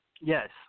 Yes